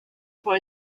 for